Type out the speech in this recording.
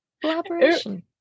collaboration